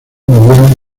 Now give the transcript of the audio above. mediana